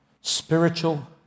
spiritual